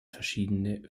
verschiedene